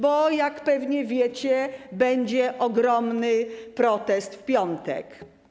Bo jak pewnie wiecie, będzie ogromny protest w piątek.